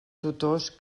tutors